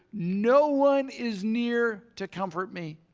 no one is near to comfort me.